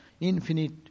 infinite